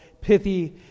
pithy